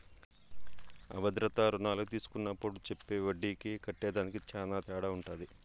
అ భద్రతా రుణాలు తీస్కున్నప్పుడు చెప్పే ఒడ్డీకి కట్టేదానికి తేడా శాన ఉంటది